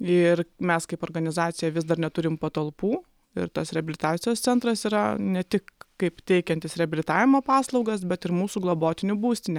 ir mes kaip organizacija vis dar neturim patalpų ir tas reabilitacijos centras yra ne tik kaip teikiantis reabilitavimo paslaugas bet ir mūsų globotinių būstinė